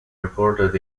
recorded